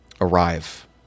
arrive